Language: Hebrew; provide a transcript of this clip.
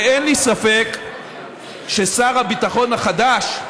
ואין לי ספק ששר הביטחון החדש,